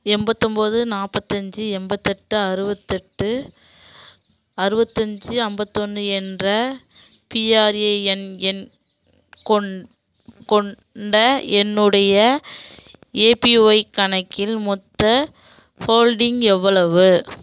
எம்பத்தொம்பது நாப்பத்தஞ்சு எண்பத்தெட்டு அறுபத்தெட்டு அறுபத்தஞ்சி ஐம்பத்தொன்னு என்ற பிஆர்ஏஎன் எண் கொண் கொண்ட என்னுடைய ஏபிஒய் கணக்கில் மொத்த ஹோல்டிங் எவ்வளவு